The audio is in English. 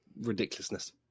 ridiculousness